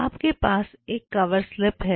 आपके पास एक कवर स्लिप है